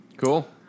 Cool